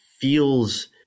feels